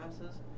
classes